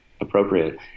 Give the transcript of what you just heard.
appropriate